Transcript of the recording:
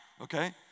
okay